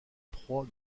proie